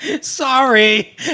Sorry